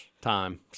time